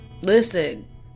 listen